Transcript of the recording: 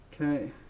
Okay